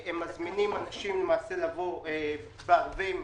הם מזמינים אנשים לבוא לערבים